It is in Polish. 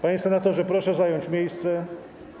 Panie senatorze, proszę zająć miejsce.